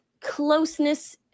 closeness